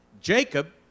Jacob